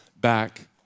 back